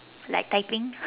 like typing